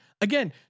Again